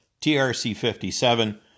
TRC57